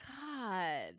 god